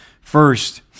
First